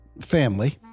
family